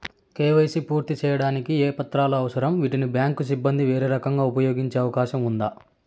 KYC పూర్తి సేయడానికి ఏ పత్రాలు అవసరం, వీటిని బ్యాంకు సిబ్బంది వేరే రకంగా ఉపయోగించే అవకాశం ఉందా?